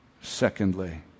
Secondly